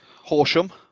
Horsham